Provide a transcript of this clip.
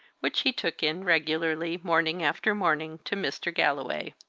which he took in regularly, morning after morning, to mr. galloway.